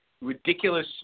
ridiculous